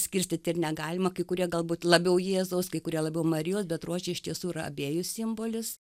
skirstyti ir negalima kai kurie galbūt labiau jėzaus kai kurie labiau marijos bet rožė iš tiesų yra abiejų simbolis